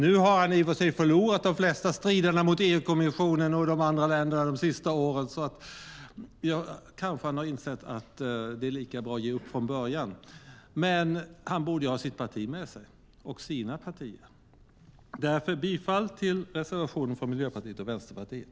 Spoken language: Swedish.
Nu har han i för sig förlorat de flesta striderna mot EU-kommissionen och de andra länderna de senaste åren - kanske har han insett att det är lika bra att ge upp från början - men han borde ha sitt parti och övriga allianspartier med sig. Därför yrkar jag bifall till reservationen från Miljöpartiet och Vänsterpartiet.